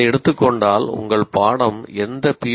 அதை எடுத்துக் கொண்டால் உங்கள் பாடம் எந்த பி